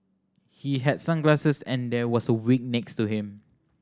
he had sunglasses and there was a wig next to him